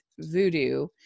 voodoo